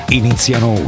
iniziano